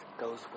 goes